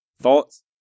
thoughts